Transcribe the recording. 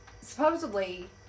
supposedly